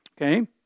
okay